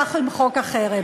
החרם.